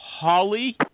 Holly